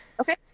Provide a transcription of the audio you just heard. Okay